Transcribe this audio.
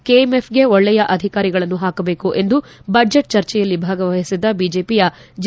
ಕೆಎಂಎಫ್ಗೆ ಒಳ್ಳೆಯ ಅಧಿಕಾರಿಗಳನ್ನು ಹಾಕಬೇಕು ಎಂದು ಬಜೆಟ್ ಚರ್ಚೆಯಲ್ಲಿ ಭಾಗವಹಿಸಿದ್ದ ಬಿಜೆಪಿಯ ಜೆ